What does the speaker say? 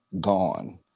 gone